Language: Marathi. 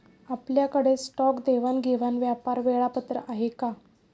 आपल्याकडे स्टॉक देवाणघेवाण व्यापार वेळापत्रक आहे का?